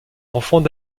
enfants